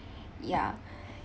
ya